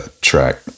track